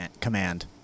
Command